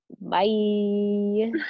Bye